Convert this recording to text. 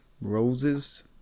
roses